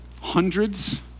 hundreds